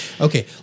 Okay